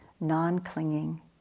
non-clinging